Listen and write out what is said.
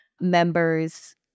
members